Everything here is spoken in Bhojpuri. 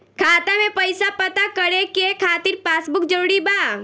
खाता में पईसा पता करे के खातिर पासबुक जरूरी बा?